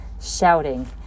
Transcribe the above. shouting